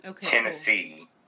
Tennessee